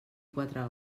quatre